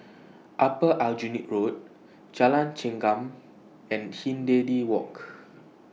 Upper Aljunied Road Jalan Chengam and Hindhede Walk